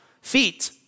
feet